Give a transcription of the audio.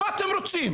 מה מה אתם רוצים?